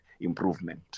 improvement